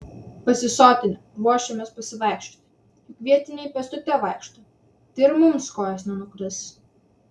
pasisotinę ruošėmės pasivaikščioti juk vietiniai pėstute vaikšto tai ir mums kojos nenukris